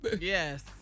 Yes